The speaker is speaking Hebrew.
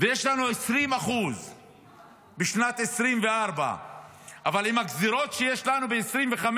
ויש לנו 20% בשנת 2024. אבל עם הגזרות שיש לנו ב-2025